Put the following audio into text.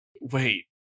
wait